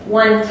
one